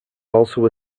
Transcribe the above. also